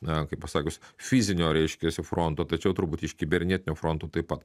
na kaip pasakius fizinio reiškiasi fronto tačiau turbūt iš kibernetinio fronto taip pat